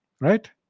Right